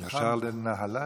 ישר לנהלל?